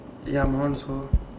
ya my one also